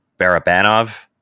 Barabanov